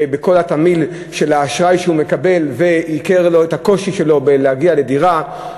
ובכל התמהיל של האשראי שהוא מקבל ויגדיל לו את הקושי שלו להגיע לדירה,